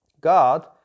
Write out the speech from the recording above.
God